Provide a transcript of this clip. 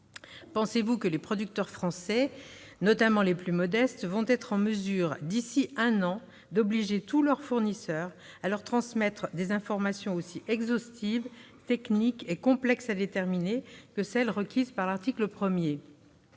Pensez-vous que les producteurs français, notamment les plus modestes, vont être en mesure, d'ici à un an, d'obliger tous leurs fournisseurs à leur transmettre des informations aussi exhaustives, techniques et complexes à déterminer que celles requises par l'article 1 ?